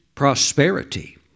prosperity